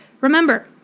Remember